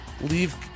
leave